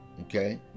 Okay